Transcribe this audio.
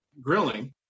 grilling